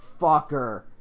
fucker